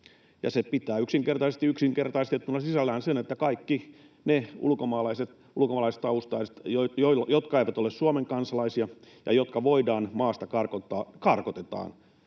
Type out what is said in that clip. Se pitää yksinkertaistettuna sisällään sen, että kaikki ne ulkomaalaiset, ulkomaalaistaustaiset, jotka eivät ole Suomen kansalaisia ja jotka voidaan maasta karkottaa,